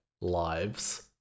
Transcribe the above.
lives